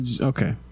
Okay